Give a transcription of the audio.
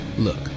Look